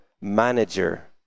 manager